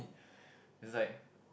it's like